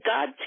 God